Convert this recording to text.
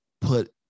put